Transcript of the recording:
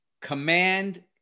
Command